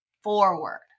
forward